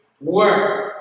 work